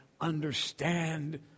understand